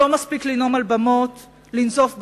לא מספיק לנאום על במות, לנזוף בעולם,